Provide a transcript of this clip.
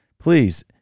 please